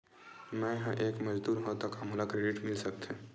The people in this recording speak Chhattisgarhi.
मैं ह एक मजदूर हंव त का मोला क्रेडिट मिल सकथे?